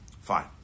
fine